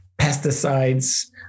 Pesticides